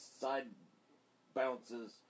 side-bounces